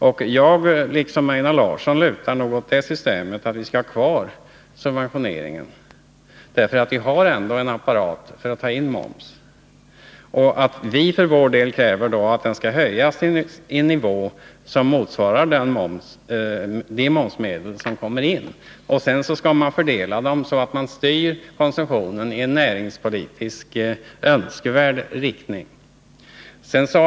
Jag lutar, liksom Einar Larsson, åt att vi skall ha kvar systemet med subventioner, eftersom vi ändå har en apparat för att ta in momsen. Vi för vår del kräver då att subventionerna skall höjas till en nivå som svarar mot de momsmedel som kommer in. Sedan skall subventionerna fördelas så att konsumtionen styrs i en ur näringssynpunkt önskvärd riktning.